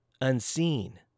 unseen